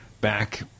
back